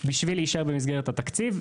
בשביל להישאר במסגרת התקציב,